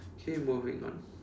okay moving on